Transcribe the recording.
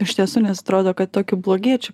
iš tiesų nes atrodo kad tokiu blogiečiu